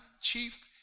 Chief